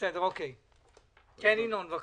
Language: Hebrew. קודם כול,